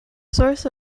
source